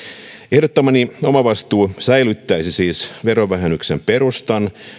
ehdottamani omavastuu säilyttäisi siis verovähennyksen perustan